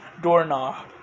doorknob